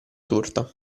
torta